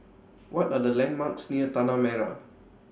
What Are The landmarks near Tanah Merah